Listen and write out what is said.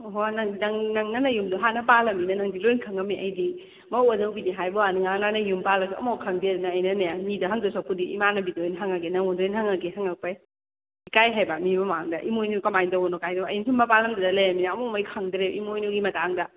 ꯑꯣ ꯍꯣ ꯅꯪꯅ ꯅꯌꯨꯝꯗꯣ ꯍꯥꯟꯅ ꯄꯥꯜꯂꯃꯤꯅ ꯅꯪꯗꯤ ꯂꯣꯏꯅ ꯈꯪꯉꯝꯃꯦ ꯑꯩꯗꯤ ꯃꯧ ꯑꯅꯧꯕꯤꯅꯦ ꯍꯥꯏꯕ꯭ꯋꯥꯅꯤ ꯉꯔꯥꯡ ꯅꯍꯥꯟꯗ ꯌꯨꯝ ꯄꯥꯜꯂꯁꯨ ꯑꯃꯐꯥꯎ ꯈꯪꯗꯦ ꯑꯗꯨꯅ ꯑꯩꯅꯅꯦ ꯃꯤꯗ ꯍꯪꯗꯧ ꯁꯔꯨꯛꯄꯨꯗꯤ ꯏꯃꯥꯅꯕꯤꯗ ꯑꯣꯏꯅ ꯍꯪꯉꯒꯦ ꯅꯉꯣꯟꯗ ꯑꯣꯏꯅ ꯍꯪꯉꯒꯦ ꯍꯪꯉꯛꯄꯩ ꯏꯀꯥꯏ ꯍꯥꯏꯕ ꯃꯤ ꯃꯥꯡꯗ ꯏꯃꯣꯏꯅꯨ ꯀꯃꯥꯏ ꯇꯧꯕꯅꯣꯒꯥꯏꯗꯣ ꯑꯩ ꯁꯨꯝ ꯃꯄꯥꯟꯂꯝꯗ ꯂꯩꯔꯃꯤꯅ ꯑꯃꯣꯃꯩ ꯈꯪꯗ꯭ꯔꯦ ꯏꯃꯣꯏꯅꯨꯒꯤ ꯃꯇꯥꯡꯗ